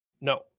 No